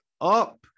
up